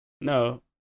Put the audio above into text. no